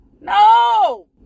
No